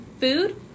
food